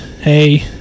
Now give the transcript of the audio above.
hey